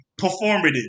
Performative